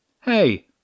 Hey